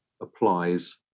applies